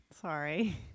Sorry